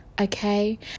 Okay